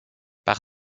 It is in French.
par